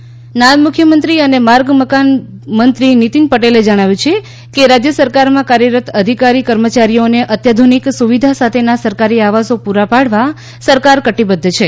નાયબ મુખ્યમંત્રી નાયબ મુખ્યમંત્રી અને માર્ગ મકાન મંત્રી નીતિનભાઇ પટેલે જણાવ્યું છે કે રાજ્ય સરકારમાં કાર્યરત અધિકારી કર્મચારીઓને અત્યાધુનિક સુવિધા સાથેના સરકારી આવાસો પૂરા પાડવા સરકાર કટિબદ્ધ છે